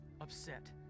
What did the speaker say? Upset